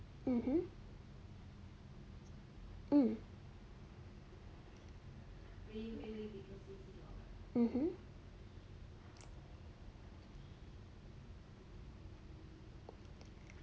mmhmm hmm mmhmm